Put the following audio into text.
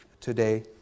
today